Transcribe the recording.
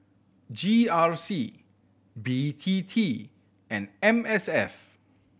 G R C B T T and M S F